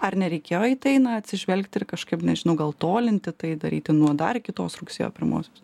ar nereikėjo į tai atsižvelgti ir kažkaip nežinau gal tolinti tai daryti nuo dar kitos rugsėjo pirmosios